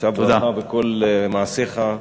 שא ברכה בכל מעשיך.